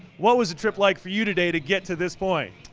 what was the trip like for you today to get to this point?